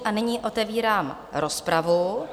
A nyní otevírám rozpravu.